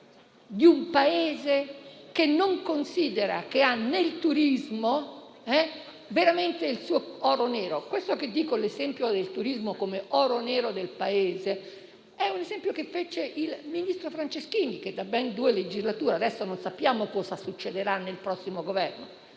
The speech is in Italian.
di un Paese che non considera il turismo veramente il suo oro nero. L'esempio del turismo come oro nero del Paese è un esempio che fece il ministro Franceschini, Ministro da ben due legislature. Adesso non sappiamo cosa succederà nel prossimo Governo: